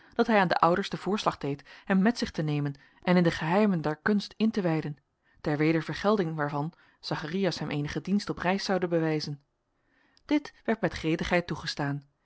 dat hij aan de ouders den voorslag deed hem met zich te nemen en in de geheimen der kunst in te wijden ter wedervergelding waarvan zacharias hem eenigen dienst op reis zoude bewijzen dit werd met gretigheid toegestaan